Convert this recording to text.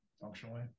functionally